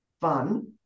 fun